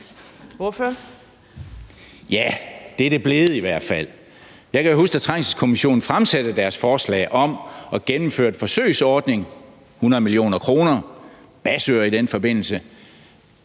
Ja, det er det i hvert fald blevet. Jeg kan huske, da Trængselskommissionen fremsatte sit forslag om at gennemføre en forsøgsordning – 100 mio. kr., basører i den forbindelse